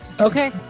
Okay